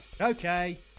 Okay